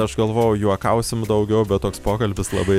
aš galvojau juokausim daugiau bet toks pokalbis labai